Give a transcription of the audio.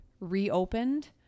reopened